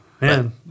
man